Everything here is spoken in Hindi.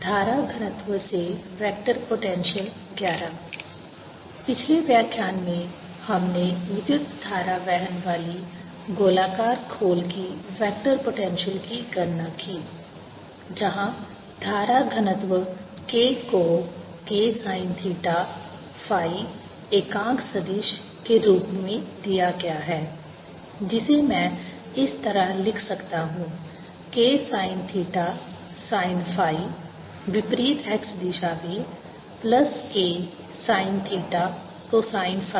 धारा घनत्व से वेक्टर पोटेंशियल 11 पिछले व्याख्यान में हमने विद्युत धारा वहन वाली गोलाकार खोल की वेक्टर पोटेंशियल की गणना की जहां धारा घनत्व K को K sin थीटा phi एकांक सदिश के रूप में दिया गया है जिसे मैं इस तरह लिख सकता हूं K sin theta sin phi विपरीत x दिशा में plus K sin theta cosine phi y दिशा में